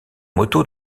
moto